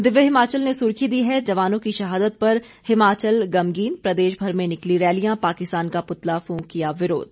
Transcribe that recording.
दिव्य हिमाचल ने सुर्खी दी है जवानों की शहादत पर हिमाचल गमगीन प्रदेश भर में निकली रैलियां पाकिस्तान का पुतला फूंक किया विरोध